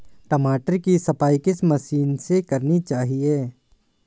टमाटर की सफाई किस मशीन से करनी चाहिए?